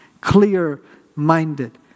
clear-minded